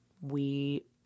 We-